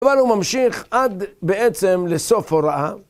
אבל הוא ממשיך עד בעצם לסוף הוראה.